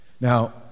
Now